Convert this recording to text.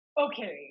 Okay